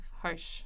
harsh